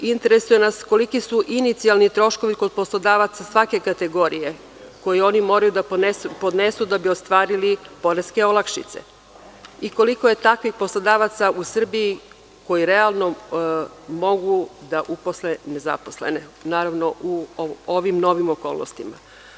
Interesuje nas koliki su inicijalni troškovi kod poslodavaca svake kategorije koji oni moraju da podnesu da bi ostvarili poreske olakšice i koliko je takvih poslodavaca u Srbiji koji realno mogu da uposle nezaposlene, naravno u ovim novim okolnostima?